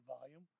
volume